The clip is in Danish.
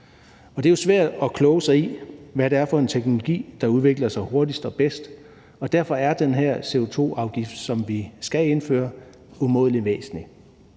Det er jo svært at kloge sig på, hvad det er for en teknologi, der udvikler sig hurtigst og bedst, og derfor er den her CO2-afgift, som vi skal indføre, umådelig væsentlig.